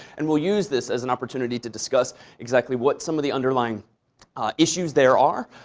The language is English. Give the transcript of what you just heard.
and we'll use this as an opportunity to discuss exactly what some of the underlying issues there are,